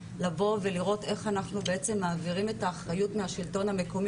לבוא ולראות איך אנחנו בעצם מעבירים את האחריות מהשלטון המקומי,